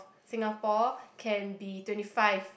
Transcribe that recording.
Singapore can be twenty five